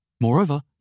Moreover